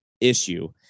issue